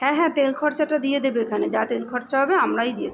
হ্যাঁ হ্যাঁ তেল খরচাটা দিয়ে দেবে এখানে যা তেল খরচা হবে আমরাই দিয়ে দেব